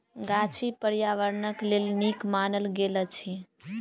गाछी पार्यावरणक लेल नीक मानल गेल अछि